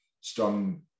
strong